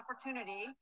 opportunity